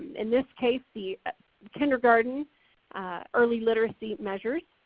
in this case, the kindergarten early literacy measures,